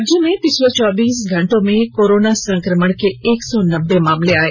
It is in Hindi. राज्य में पिछले चौबीस घंटे में कोरोना संक्रमण के एक सौ नब्बे मामले आये